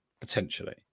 Potentially